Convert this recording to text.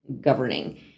governing